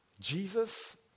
Jesus